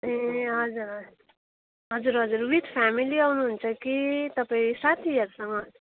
ए हजुर हजुर हजुर हजुर विथ फ्यामिली आउनुहुन्छ कि तपाईँ साथीहरूसँग